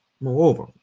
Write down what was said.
Moreover